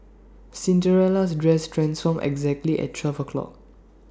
Cinderella's dress transformed exactly at twelve o'clock